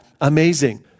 amazing